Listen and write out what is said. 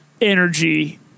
energy